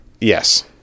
Yes